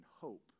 hope